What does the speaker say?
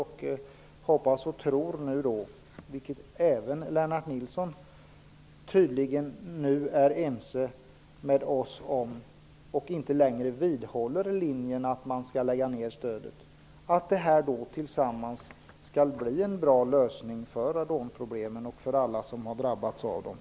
Jag hoppas och tror nu att det skall bli en bra lösning av radonproblemen för alla som har drabbats av dem. Även Lennart Nilsson är tydligen överens med oss. Han vidhåller inte längre linjen att stödet skall läggas ner.